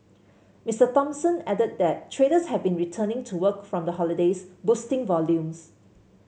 Mister Thompson added that traders have been returning to work from the holidays boosting volumes